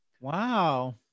Wow